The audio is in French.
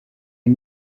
est